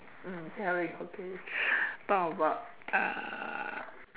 mm tell me is okay talk about uh